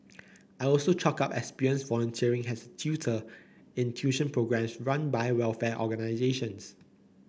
I also chalked up experience volunteering as tutor in tuition programmes run by welfare organisations